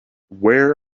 where